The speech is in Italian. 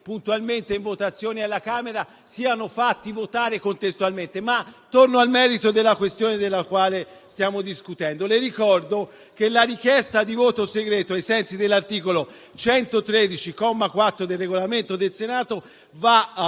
puntualmente in votazione alla Camera - siano stati fatti votare contestualmente. Ma torno al merito della questione della quale stiamo discutendo. Le ricordo che la richiesta di voto segreto, ai sensi dell'articolo 113, comma 4, del Regolamento del Senato, va